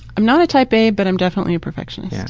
i'm not a type a but i'm definitely a perfectionist. yeah